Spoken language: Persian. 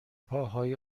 پاهای